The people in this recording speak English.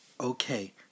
Okay